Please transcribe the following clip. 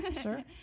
Sure